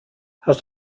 hast